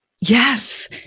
Yes